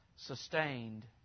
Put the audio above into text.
sustained